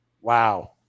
Wow